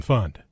Fund